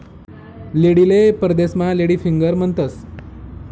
भेंडीले परदेसमा lady finger म्हणतंस